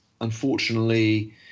unfortunately